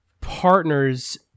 partner's